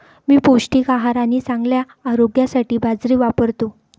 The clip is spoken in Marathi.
मी पौष्टिक आहार आणि चांगल्या आरोग्यासाठी बाजरी वापरतो